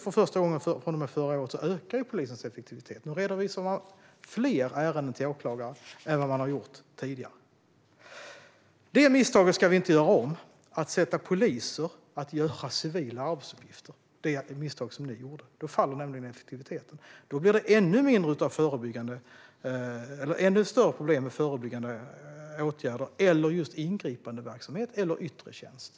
För första gången, från och med förra året, ökar nu polisens effektivitet. Nu redovisar man fler ärenden till åklagare än vad man har gjort tidigare. Vi ska inte göra om det misstag som ni gjorde: att sätta poliser att göra civila arbetsuppgifter. Då faller nämligen effektiviteten. Då blir det ännu större problem när det gäller förebyggande åtgärder eller ingripandeverksamhet eller yttre tjänst.